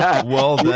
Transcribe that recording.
yeah well,